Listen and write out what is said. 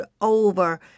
over